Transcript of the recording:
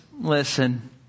listen